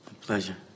Pleasure